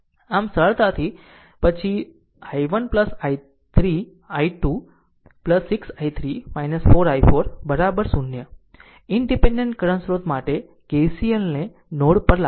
આમ સરળતા પછી I1 3 I2 6 I3 4 i4 independent current સ્રોત માટે KCL ને નોડ પર લાગુ કરો